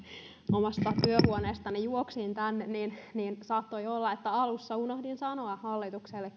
omasta työhuoneestani juoksin niin niin saattoi olla että alussa unohdin sanoa hallitukselle